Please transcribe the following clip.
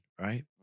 right